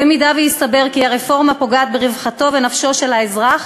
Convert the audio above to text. במידה שיתברר כי הרפורמה פוגעת ברווחתו ונפשו של האזרח,